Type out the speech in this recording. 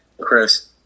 Chris